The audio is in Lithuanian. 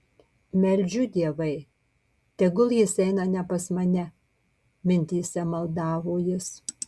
meldžiu dievai tegul jis eina ne pas mane mintyse maldavo jis